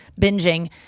binging